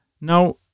Now